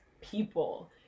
people